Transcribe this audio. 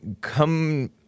come